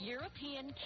European